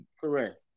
Correct